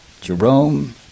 Jerome